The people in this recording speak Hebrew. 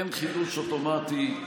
אין חידוש אוטומטי,